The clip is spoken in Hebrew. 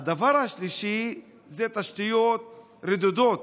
3. תשתיות רדודות